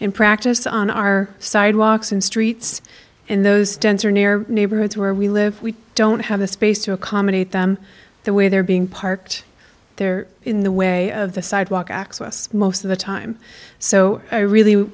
in practice on our sidewalks and streets in those dense or near neighborhoods where we live we don't have the space to accommodate them the way they're being parked there in the way of the sidewalk access most of the time so i really